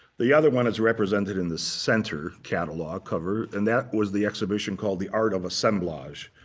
the other one is represented in the center catalog cover and that was the exhibition called the art of assemblage.